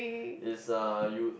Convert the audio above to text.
it's uh you